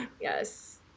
Yes